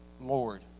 Lord